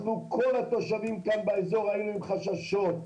כל התושבים כאן באזור היינו עם חששות,